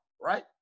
right